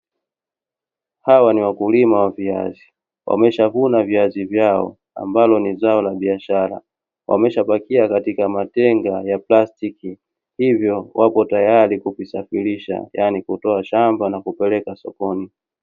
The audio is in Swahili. Hawa ni wakulima wa viazi, wameshavuna viazi vyao ambalo ni zao la biashara, wameshapakia katika matenga ya plastiki, hivyo wapo tayari kuvisafirirsha yani kutoa shamba na kupeleka sokoni.